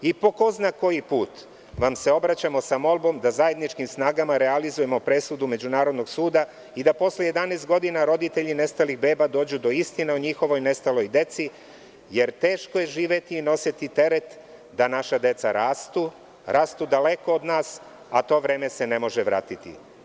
Po ko zna koji put vam se obraćamo sa molbom da zajedničkim snagama realizujemo presudu Međunarodnog suda i da posle 11 godina roditelji nestalih beba dođu do istine o njihovoj nestaloj deci, jer teško je živeti i nositi teret da naša deca rastu, rastu daleko od nas, a to vreme se ne može vratiti.